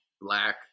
black